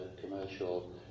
commercial